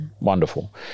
wonderful